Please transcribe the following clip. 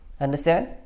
Understand